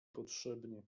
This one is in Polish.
potrzebnie